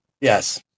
Yes